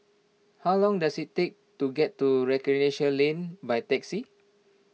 how long does it take to get to Recreation Lane by taxi